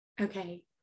okay